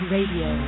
Radio